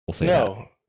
No